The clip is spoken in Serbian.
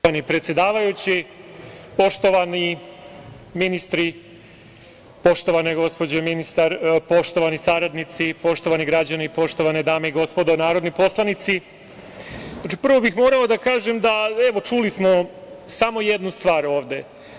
Poštovani predsedavajući, poštovani ministri, poštovana gospođo ministar, poštovani saradnici, poštovani građani, poštovane dame i gospodo narodni poslanici, prvo bih morao da kažem, evo čuli smo, samo jednu stvar ovde.